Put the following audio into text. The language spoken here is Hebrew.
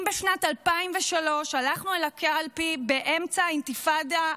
אם בשנת 2003 הלכנו אל הקלפי באמצע האינתיפאדה השנייה,